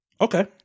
Okay